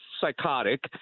psychotic